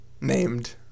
named